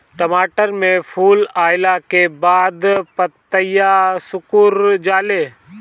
टमाटर में फूल अईला के बाद पतईया सुकुर जाले?